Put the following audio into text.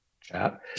chat